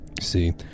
See